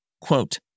Quote